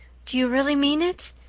do you really mean it?